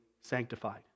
sanctified